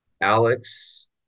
Alex